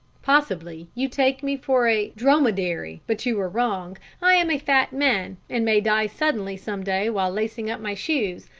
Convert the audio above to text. possibly you take me for a dromedary but you are wrong. i am a fat man, and may die suddenly some day while lacing up my shoes,